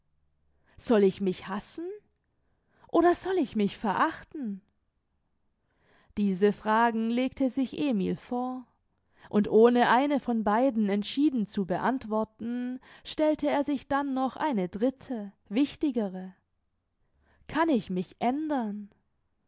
soll ich mich hassen oder soll ich mich verachten diese fragen legte sich emil vor und ohne eine von beiden entschieden zu beantworten stellte er sich dann noch eine dritte wichtigere kann ich mich ändern